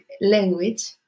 language